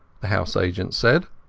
the house-agent said.